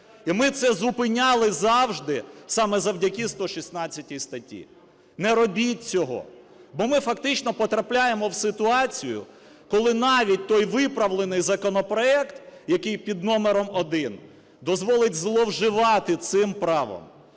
і ми це зупиняли завжди саме завдяки 116 статті. Не робіть цього, бо ми фактично потрапляємо в ситуацію, коли навіть той виправлений законопроект, який під номером 1, дозволить зловживати цим правом.